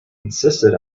insisted